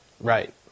Right